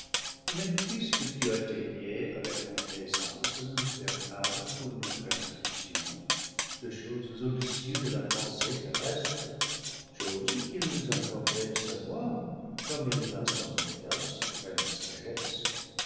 mais puisque tu as daigné avec complai sance nous faire part pour notre inslruction de choses au dessus de la pensée terrestre choses qu'il nous importait de savoir comme il l'a semblé à la suprême sagesse